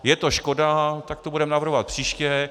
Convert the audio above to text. Je to škoda, tak to budeme navrhovat příště.